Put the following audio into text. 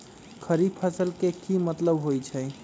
खरीफ फसल के की मतलब होइ छइ?